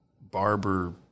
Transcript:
Barber